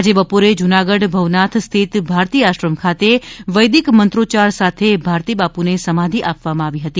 આજે બપોરે જૂનાગઢ ભવનાથ સ્થિત ભારતી આશ્રમ ખાતે વૈદિક મંત્રોચ્યાર સાથે ભારતી બાપુને સમાધિ આપવામાં આવી હતી